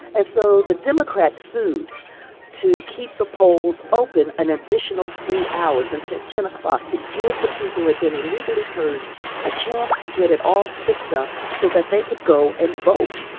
and so the democrats sued to keep the polls open an additional three hours until ten o'clock to give the people who had been illegally purged a chance to get it all fixed up so that they could go and vote.